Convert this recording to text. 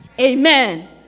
Amen